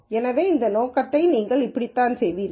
எனவே இந்த நோக்கத்தை நீங்கள் இப்படித்தான் செய்வீர்கள்